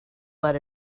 let